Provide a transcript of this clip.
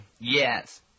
Yes